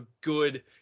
good